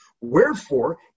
Wherefore